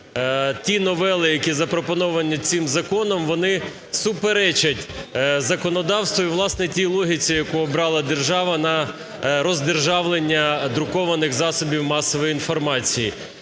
ті новели, які запропоновані цим законом, вони суперечать законодавству і, власне, тій логіці, яку обрала держава на роздержавлення друкованих засобів масової інформації.